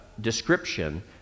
description